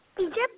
Egypt